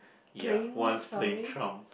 ya once playing Trump